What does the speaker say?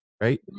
right